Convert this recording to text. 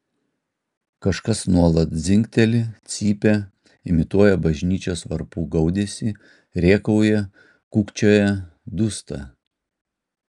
kažkas nuolat dzingteli cypia imituoja bažnyčios varpų gaudesį rėkauja kūkčioja dūsta